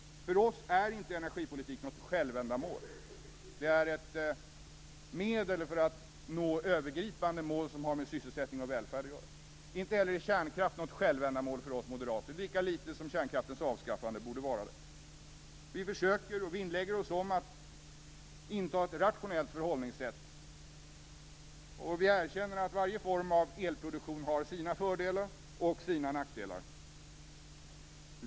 För oss är energipolitik inget självändamål. Det är ett medel för att nå övergripande mål som har med sysselsättning och välfärd att göra. Inte heller är kärnkraft något självändamål för oss moderater, lika litet som kärnkraftens avskaffande borde vara det. Vi försöker och vinnlägger oss om att inta ett rationellt förhållningssätt. Vi erkänner att varje form av elproduktion har sina fördelar och sina nackdelar.